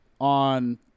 on